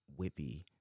Whippy